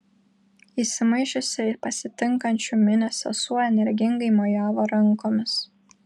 įsimaišiusi į pasitinkančių minią sesuo energingai mojavo rankomis